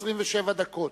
27 דקות.